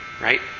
right